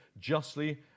justly